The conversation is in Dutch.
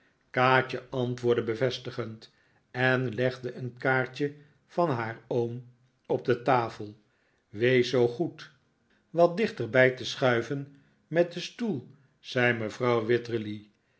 kaatje antwoordde bevestigend en legde een kaartje van haar oom op de tafel wees zoo goed wat dichterbij te schuiven met uw stoel zei mevrouw wititterly